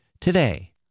today